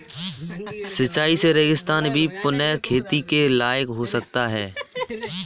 सिंचाई से रेगिस्तान भी पुनः खेती के लायक हो सकता है